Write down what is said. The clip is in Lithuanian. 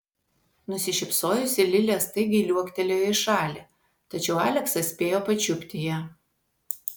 nusišypsojusi lilė staigiai liuoktelėjo į šalį tačiau aleksas spėjo pačiupti ją